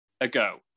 ago